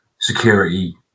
security